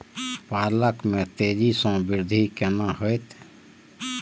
पालक में तेजी स वृद्धि केना होयत?